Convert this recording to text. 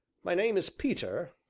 my name is peter,